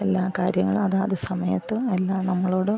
എല്ലാ കാര്യങ്ങളും അതാതു സമയത്ത് എല്ലാം നമ്മളോട്